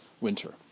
winter